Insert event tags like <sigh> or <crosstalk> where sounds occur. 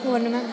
<unintelligible>